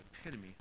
epitome